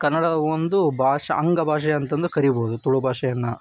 ಕನ್ನಡ ಒಂದು ಭಾಷೆ ಅಂಗ ಭಾಷೆ ಅಂತಂದು ಕರೀಬೋದು ತುಳು ಭಾಷೆಯನ್ನು